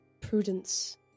Prudence